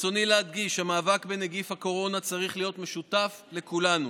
ברצוני להדגיש: המאבק בנגיף הקורונה צריך להיות משותף לכולנו.